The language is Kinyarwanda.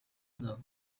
zabo